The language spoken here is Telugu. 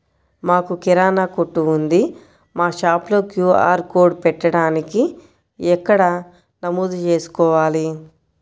మాకు కిరాణా కొట్టు ఉంది మా షాప్లో క్యూ.ఆర్ కోడ్ పెట్టడానికి ఎక్కడ నమోదు చేసుకోవాలీ?